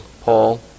Paul